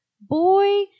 boy